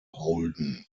holden